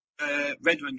Redmond